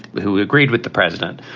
who agreed with the president.